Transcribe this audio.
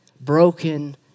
broken